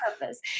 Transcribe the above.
purpose